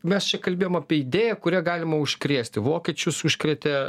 mes čia kalbėjom apie idėją kuria galima užkrėsti vokiečius užkrėtė